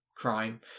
crime